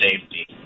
safety